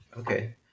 Okay